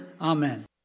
Amen